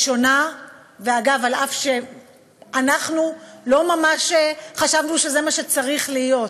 אגב, אף שאנחנו לא ממש חשבנו שזה מה שצריך להיות,